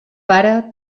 pare